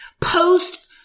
post